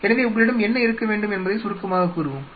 எனவே உங்களிடம் என்ன இருக்க வேண்டும் என்பதை சுருக்கமாகக் கூறுவோம்